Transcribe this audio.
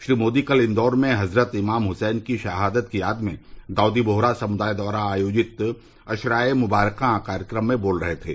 श्री मोदी कल इंदौर में हज़रत इमाम हुसैन की शहादत की याद में दाउदी बोहरा समुदाय द्वारा आयोजित अश्रा ए मुंबारका कार्यक्रम में बोल रहे थे